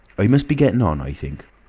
i must be getting on, i think,